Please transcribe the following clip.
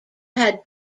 had